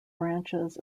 branches